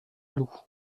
loup